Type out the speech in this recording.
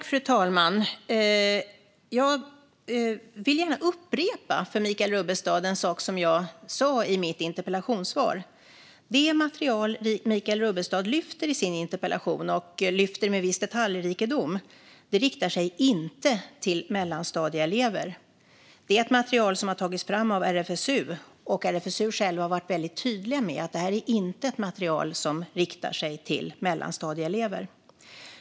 Fru talman! Jag vill upprepa för Michael Rubbestad en sak som jag sa i mitt interpellationssvar. Det material Michael som Rubbestad lyfter i sin interpellation, och med viss detaljrikedom, riktar sig inte till mellanstadieelever. Det är ett material som har tagits fram av RFSU, och RFSU själva har varit väldigt tydliga med att det inte är ett material som riktar sig till mellanstadieelever.